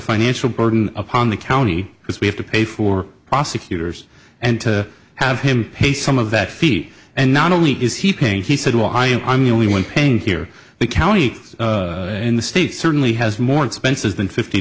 financial burden upon the county because we have to pay for prosecutors and to have him pay some of that fee and not only is he paying he said well i and i'm the only one paying here the county in the state certainly has more expenses than fifty